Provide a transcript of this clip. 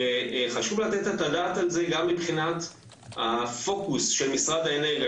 חשוב לתת את הדעת על זה גם מבחינת הפוקוס של משרד האנרגיה,